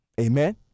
Amen